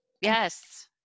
Yes